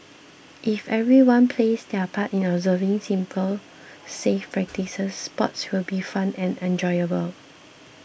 if everyone plays their part in observing simple safe practices sports will be fun and enjoyable